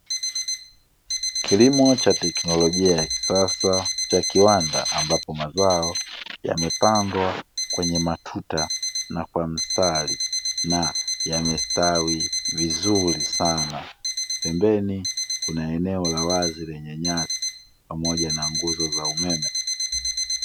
Kilimo cha teknolojia ya kisasa cha kiwanda, ambapo mazao yamepandwa kwenye matuta na kwa mstari, na yamestawi vizuri sana. Pembeni kuna eneo la wazi lenye nyasi, pamoja na nguzo za umeme.